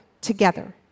together